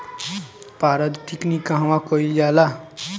पारद टिक्णी कहवा कयील जाला?